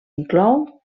inclou